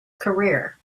career